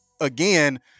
Again